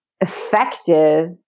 effective